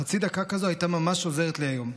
חצי דקה כזו הייתה ממש עוזרת לי היום.